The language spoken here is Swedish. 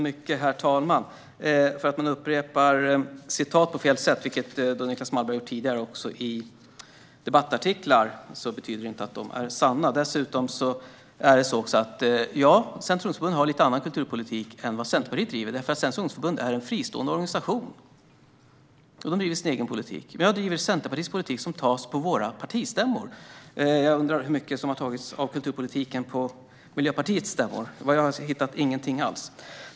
Herr talman! Att upprepa citat på fel sätt, vilket Niclas Malmberg även har gjort tidigare, i debattartiklar, betyder inte att de är sanna. Ja, Centerns ungdomsförbund har en lite annorlunda kulturpolitik än vad Centerpartiet driver. Centerns ungdomsförbund är en fristående organisation som driver sin egen politik. Jag driver Centerpartiets politik, som antas på våra partistämmor. Jag undrar hur mycket av kulturpolitiken som har antagits på Miljöpartiets stämmor. Jag har inte hittat något alls.